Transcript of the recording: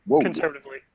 conservatively